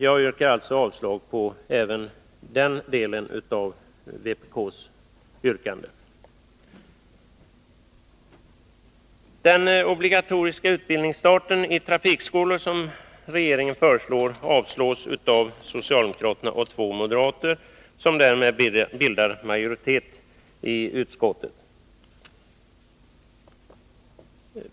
Jag yrkar alltså avslag även på det yrkandet av vpk. Den obligatoriska utbildningsstarten i trafikskolor, som regeringen föreslår, avstyrks av socialdemokraterna och två moderater, som därmed bildar majoritet i utskottet.